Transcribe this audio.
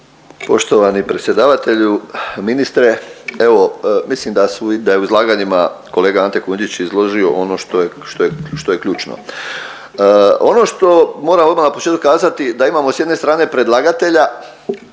Poštovani predsjedavatelju, ministre evo mislim da je u izlaganjima kolega Ante Kujundžić izložio ono što je ključno. Ono što moram odmah na početku kazati da imamo sa jedne strane predlagatelja